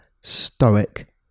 stoic